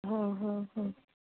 ह ह ह